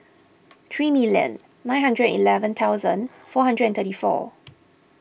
three million nine hundred and eleven thousand four hundred and thirty four